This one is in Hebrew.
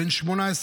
בן 18,